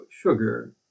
sugar